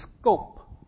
scope